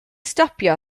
stopio